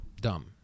dumb